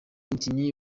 umukinnyi